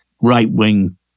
right-wing